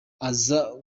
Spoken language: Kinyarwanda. aza